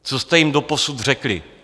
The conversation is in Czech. Co jste jim doposud řekli?